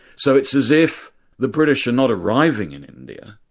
so it's as if the british are not arriving in india,